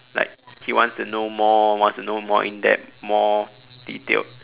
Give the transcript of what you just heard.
like he wants to know more wants to know more in depth more detailed